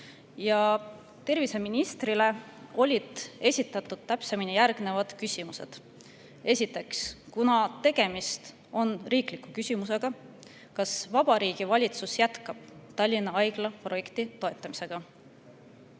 Terviseministrile on esitatud täpsemini järgnevad küsimused. Esiteks: kuna tegemist on riikliku küsimusega, kas Vabariigi Valitsus jätkab Tallinna Haigla projekti toetamist?